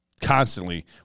constantly